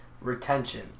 retention